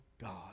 God